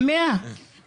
מי נגד?